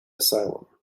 asylum